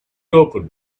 opened